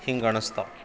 ಹಿಂಗೆ ಅನಸ್ತಾವ್